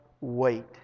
wait